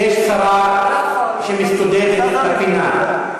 יש שר שמסתודד בפינה.